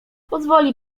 pozwoli